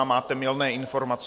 Máte mylné informace.